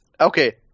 Okay